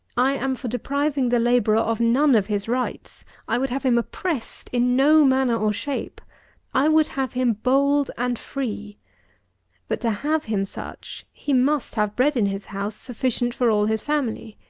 i am for depriving the labourer of none of his rights i would have him oppressed in no manner or shape i would have him bold and free but to have him such, he must have bread in his house, sufficient for all his family,